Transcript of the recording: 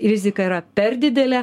rizika yra per didelė